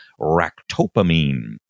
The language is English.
Ractopamine